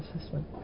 assessment